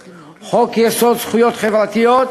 חוק-יסוד: זכויות חברתיות,